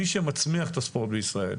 מי שמצמיח את הספורט בישראל,